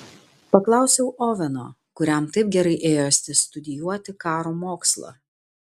paklausiau oveno kuriam taip gerai ėjosi studijuoti karo mokslą